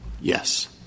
yes